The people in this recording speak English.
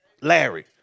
Larry